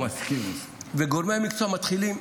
גורמי המקצוע מתחילים,